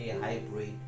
hybrid